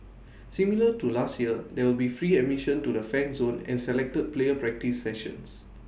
similar to last year there will be free admission to the fan zone and selected player practice sessions